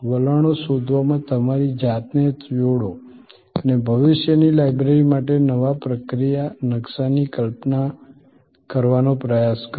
વલણો શોધવામાં તમારી જાતને જોડો અને ભવિષ્યની લાઇબ્રેરી માટે નવા પ્રક્રિયા નકશાની કલ્પના કરવાનો પ્રયાસ કરો